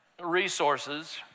resources